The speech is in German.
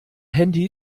handy